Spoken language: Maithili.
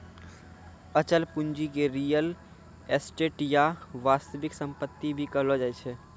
अचल पूंजी के रीयल एस्टेट या वास्तविक सम्पत्ति भी कहलो जाय छै